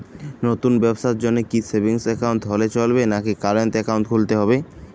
নতুন ব্যবসার জন্যে কি সেভিংস একাউন্ট হলে চলবে নাকি কারেন্ট একাউন্ট খুলতে হবে?